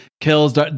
kills